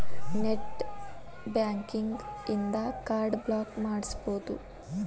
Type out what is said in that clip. net banking ಇನ್ದಾ card block ಮಾಡ್ಸ್ಬೊದು